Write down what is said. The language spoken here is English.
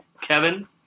Kevin